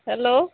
hello